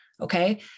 Okay